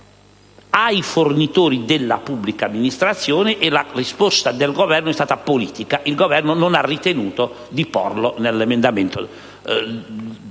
ai fornitori della pubblica amministrazione. La risposta del Governo è stata politica: il Governo non ha ritenuto di porlo nell'emendamento